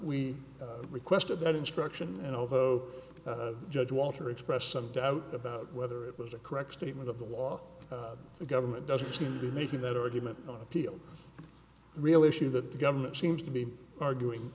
we requested that instruction and although judge walter expressed some doubt about whether it was a correct statement of the law the government doesn't seem to be making that argument on appeal the real issue that the government seems to be arguing